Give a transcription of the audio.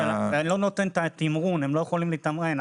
והם לא יכולים לתמרן.